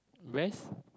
best